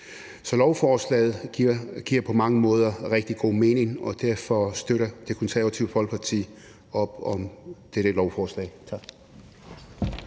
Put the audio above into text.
Så lovforslaget giver på mange måder rigtig god mening, og derfor støtter Det Konservative Folkeparti op om dette lovforslag.